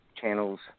channels